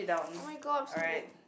oh-my-god I'm so moved